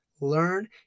Learn